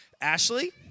Ashley